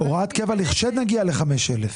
הוראת קבע לכשמגיע ל-5,000.